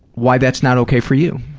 why that's not okay for you.